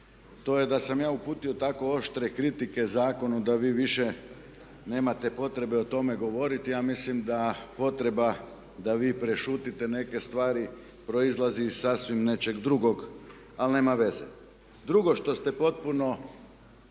To je da sam ja uputio tako oštre kritike zakonu da vi više nemate potrebe o tome govoriti. Ja mislim da potreba da vi prešutite neke stvari proizlazi iz sasvim nečeg drugog ali nema veze. Drugo što ste potpuno